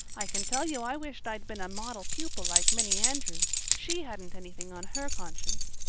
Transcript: i can tell you i wished i'd been a model pupil like minnie andrews. she hadn't anything on her conscience.